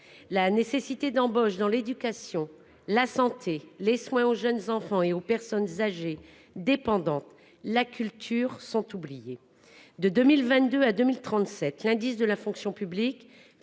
la nécessité d'embauches dans l'éducation, la santé, les soins aux jeunes enfants et aux personnes âgées dépendantes, la culture sont oubliés. De 2022 à 2037, l'indice de la fonction publique